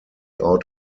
out